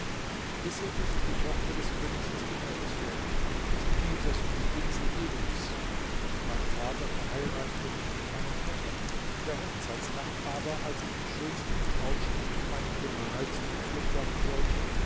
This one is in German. wisse daß ich die tochter des königs jstimerus bin des gebieters über die insel ebenus mein vater verheiratete mich mit meinem vetter in der hochzeitsnacht aber als ich im schönsten brautschmucke meinem gemahl zugeführt werden sollte